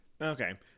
Okay